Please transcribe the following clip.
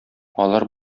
алар